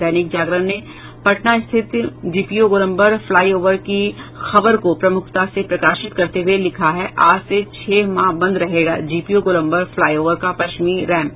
दैनिक जागरण ने पटना स्थित GPO Golambar flyover की खबर को प्रमुखता से प्रकाशित करते हुये लिखा है आज से छह माह बंद रहेगा जीपीओ गोलंबर फ्लाईओवर का पश्चिमी रैंप